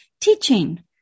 teaching